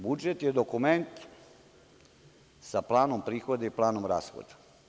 Budžet je dokument sa planom prihoda i planom rashoda.